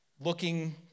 Looking